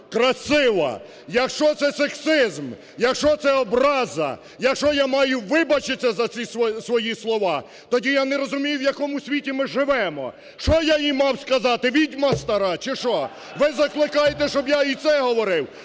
красива, якщо це сексизм, якщо це образа, якщо я маю вибачиться за ці свої слова, тоді я не розумію, в якому світі ми живимо. Що я їй мав сказати, відьма стара чи що? Ви закликаєте, щоб я і це говорив?